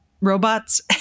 robots